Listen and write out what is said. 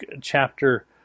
chapter